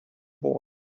boy